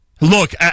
Look